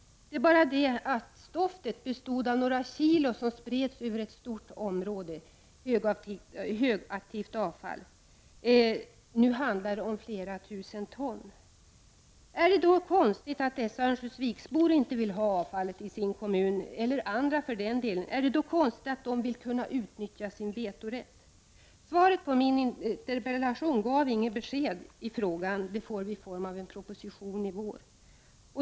Det är bara det att stoftet bestod av några kilo högaktivt avfall som spreds över ett stort område. Nu handlar det om flera tusen ton. Är det då konstigt att örnsköldsviksborna, eller andra för den delen, inte vill ha avfallet i sin kommun? Är det konstigt att de vill kunna utnyttja sin vetorätt? Svaret på min interpellation gav inget besked i frågan. Det får vi i form av en proposition i vår.